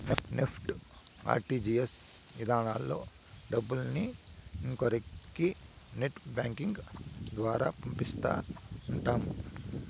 NEFT, RTGS ఇధానాల్లో డబ్బుల్ని ఇంకొకరి నెట్ బ్యాంకింగ్ ద్వారా పంపిస్తా ఉంటాం